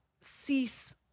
cease